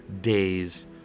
days